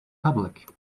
public